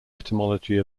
etymology